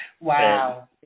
Wow